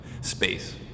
space